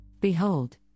Behold